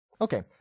okay